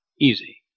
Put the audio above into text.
easy